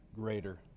greater